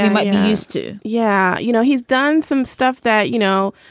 i used to. yeah. you know, he's done some stuff that, you know,